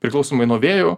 priklausomai nuo vėjų